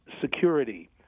security